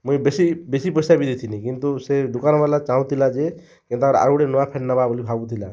ମୁଇଁ ବେଶୀ ବେଶୀ ପଇସା ବି ଦେଇଥିଲି କିନ୍ତୁ ସେ ଦୁକାନ୍ବାଲା ଚାହୁଁ ଥିଲା ଯେ କେନ୍ତା ଆଉ ଗୋଟେ ନୂଆ ଫ୍ୟାନ୍ ନବା ବୋଲେ ଭାବୁ ଥିଲା